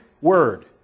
word